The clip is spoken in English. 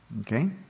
Okay